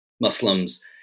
Muslims